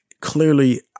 clearly